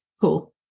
Cool